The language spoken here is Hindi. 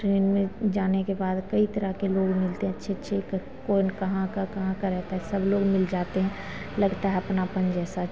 ट्रेन में जाने के बाद कई तरह के लोग मिलते हैं अच्छे अच्छे कौन कहाँ का कहाँ का रहता है सब लोग मिल जाते हैं लगता है अपनापन जैसा